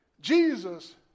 Jesus